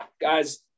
guys